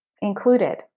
included